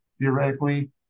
theoretically